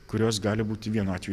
kurios gali būti vienu atveju